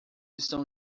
estão